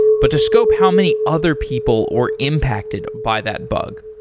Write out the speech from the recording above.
but to scope how many other people were impacted by that bug.